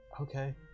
okay